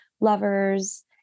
lovers